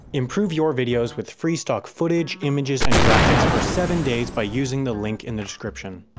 improve your videos with free stock footage, images, and graphics for seven days by using the link in the description.